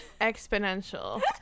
exponential